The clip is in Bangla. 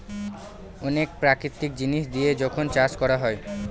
অনেক প্রাকৃতিক জিনিস দিয়ে যখন চাষ করা হয়